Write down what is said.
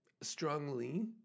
strongly